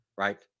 right